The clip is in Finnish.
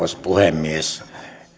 arvoisa puhemies